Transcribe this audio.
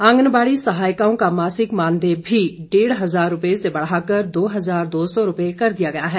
आंगनवाड़ी सहायिकाओं का मासिक मानदेय भी डेढ़ हजार रुपए से बढ़ाकर दो हजार दो सौ रुपए कर दिया गया है